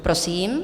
Prosím.